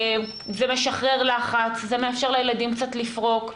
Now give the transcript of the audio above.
זה משחרר לחץ, זה מאפשר לילדים קצת לפרוק.